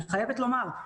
אני חייבת לומר,